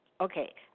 okay